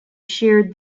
sheared